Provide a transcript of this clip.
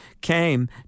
came